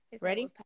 Ready